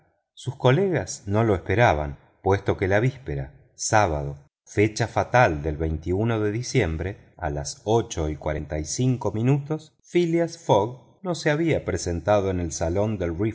sus colegas no lo esperaban puesto que la víspera sábado fecha fatal del de diciembre a las ocho y cuarenta y cinco minutos phileas fogg no se había presentado en el salón del